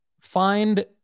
find